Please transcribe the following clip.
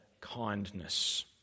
kindness